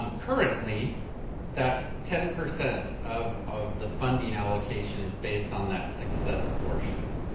um currently that's ten percent of of the funding allocation is based on that success portion.